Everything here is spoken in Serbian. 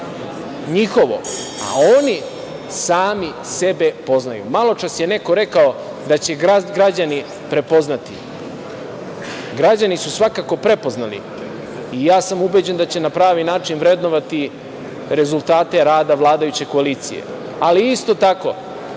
njihovo, a oni sami sebe poznaju. Maločas je neko rekao da će građani prepoznati. Građani su svakako prepoznali i ja sam ubeđen da će na pravi način vrednovati rezultate rada vladajuće koalicije. Isto tako